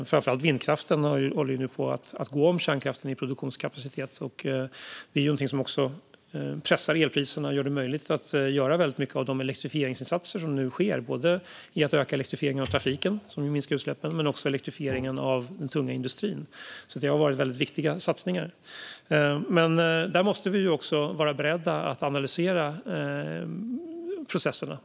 Framför allt vindkraften håller nu på att gå om kärnkraften i produktionskapacitet, och det är något som pressar elpriserna och gör det möjligt att göra många av de elektrifieringsinsatser som nu sker - elektrifieringen av trafiken för att minska utsläppen men också elektrifieringen av den tunga industrin. Det har varit väldigt viktiga satsningar. Här måste vi också vara beredda att analysera processerna.